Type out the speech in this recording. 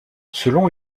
selon